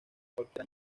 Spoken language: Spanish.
cualquier